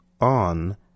on